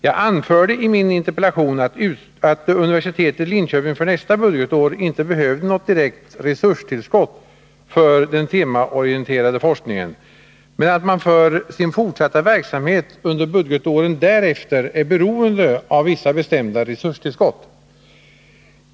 Jag anförde i min interpellation att universitetet i Linköping för nästa budgetår inte behövde något direkt resurstillskott för den temaorienterade forskningen men att man för sin fortsatta verksamhet under budgetåren därefter är beroende av vissa bestämda resurstillskott.